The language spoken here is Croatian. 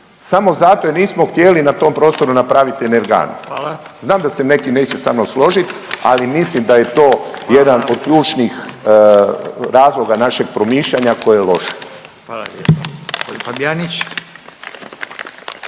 samo zato jer nismo htjeli na tom prostoru napraviti energanu. …/Upadica: Hvala./… Znam da se neki neće samnom složiti, ali mislim da je to jedan od ključnih razloga našeg promišljanja koje je loše.